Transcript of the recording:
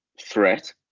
threat